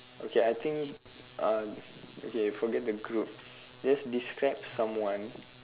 okay I think um okay forget the group just describe someone